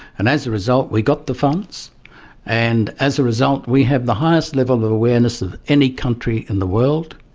and as a result we got the funds and as a result we have the highest level of awareness of any country in the world.